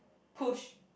push